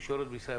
התקשורת בישראל.